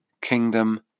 kingdom